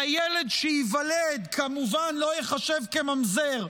והילד שייוולד כמובן לא ייחשב כממזר,